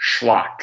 schlock